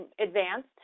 advanced